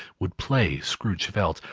would play, scrooge felt,